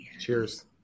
Cheers